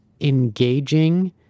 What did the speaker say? engaging